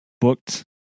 booked